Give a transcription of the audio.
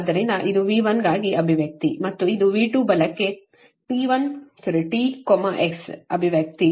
ಆದ್ದರಿಂದ ಇದು V1 ಗಾಗಿ ಅಭಿವ್ಯಕ್ತಿ ಮತ್ತು ಇದು V2 ಬಲಕ್ಕೆt x ಅಭಿವ್ಯಕ್ತಿ